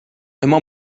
imma